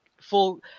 full